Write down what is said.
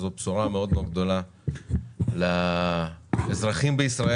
זו בשורה מאוד מאוד גדולה לאזרחים בישראל.